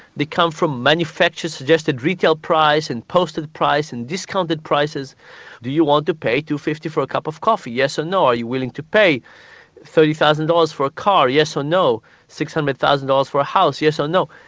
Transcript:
the come from manufacturers suggested retail price, and posted price, and discounted prices do you want to pay two dollars. fifty for a cup of coffee? yes or no. are you willing to pay thirty thousand dollars for a car? yes or no, or six hundred thousand dollars for a house? yes or no.